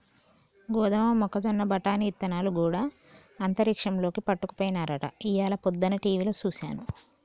గోదమ మొక్కజొన్న బఠానీ ఇత్తనాలు గూడా అంతరిక్షంలోకి పట్టుకపోయినారట ఇయ్యాల పొద్దన టీవిలో సూసాను